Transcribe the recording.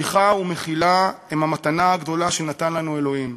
סליחה ומחילה הן המתנה הגדולה שנתן לנו האלוהים.